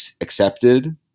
accepted